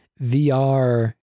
VR